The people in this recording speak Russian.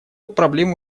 проблему